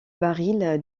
baril